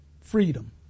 Freedom